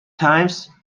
times